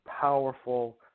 powerful